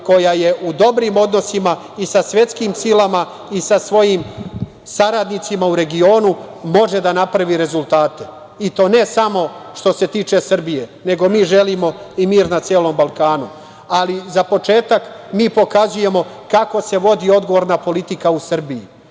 koja je u dobrim odnosima i sa svetskim silama i sa svojim saradnicima u regionu može da napravi rezultate, i to ne samo što se tiče Srbije, nego mi želimo i mir na celom Balkanu. Za početak mi pokazujemo kako se vodi odgovorna politika u Srbiji. Želimo